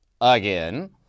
Again